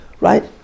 Right